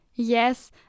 Yes